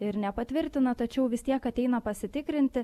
ir nepatvirtina tačiau vis tiek ateina pasitikrinti